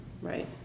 right